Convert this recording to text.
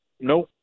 nope